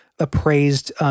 appraised